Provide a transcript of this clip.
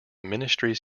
ministries